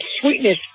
sweetness